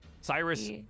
Cyrus